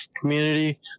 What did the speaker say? community